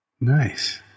Nice